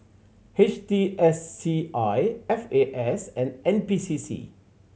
H T S C I F A S and N P C C